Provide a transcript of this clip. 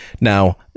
Now